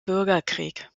bürgerkrieg